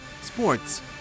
sports